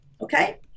okay